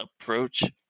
approach